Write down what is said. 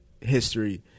history